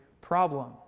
problem